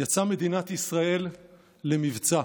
יצאה מדינת ישראל למבצע,